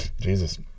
Jesus